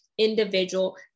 individual